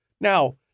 Now